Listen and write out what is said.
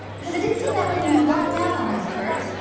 cause it didn't seem that way when you walked out on us, kurt.